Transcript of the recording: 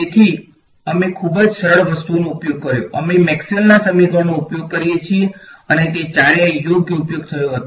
તેથી અમે ખૂબ જ સરળ વસ્તુઓનો ઉપયોગ કર્યો અમે મેક્સવેલના સમીકરણોનો ઉપયોગ કરીએ છીએ અને તે ચારેયનો યોગ્ય ઉપયોગ થયો હતો